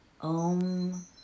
Om